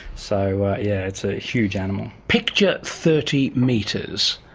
so yeah it's a huge animal. picture thirty metres.